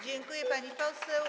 Dziękuję, pani poseł.